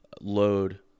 load